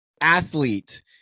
athlete